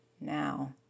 now